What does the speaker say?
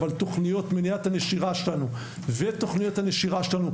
אבל תוכניות מניעת הנשירה שלנו ותוכניות הנשירה שלנו,